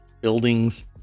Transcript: buildings